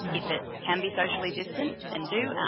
if it can be socially distant, than do,